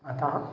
अतः